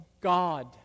God